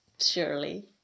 Surely